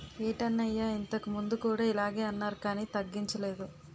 ఏటన్నయ్యా ఇంతకుముందు కూడా ఇలగే అన్నారు కానీ తగ్గించలేదు